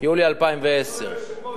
יולי 2010,